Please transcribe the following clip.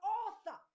author